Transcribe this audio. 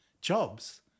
jobs